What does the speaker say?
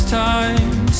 times